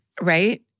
Right